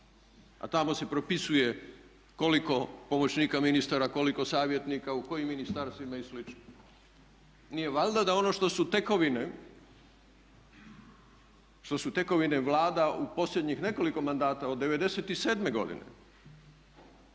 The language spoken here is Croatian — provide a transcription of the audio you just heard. A tamo se propisuje koliko pomoćnika ministara, koliko savjetnika, u kojim ministarstvima i slično. Nije valjda da ono što su tekovine, što su tekovine vlada u posljednjih nekoliko mandata od 97. godine